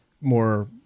more